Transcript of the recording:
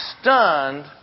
stunned